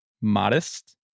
modest